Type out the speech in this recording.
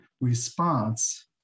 response